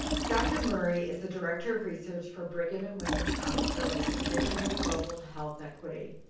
dr. murray is the director of research for brigham and women's hospital, division of global health equity.